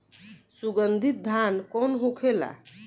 सुगन्धित धान कौन होखेला?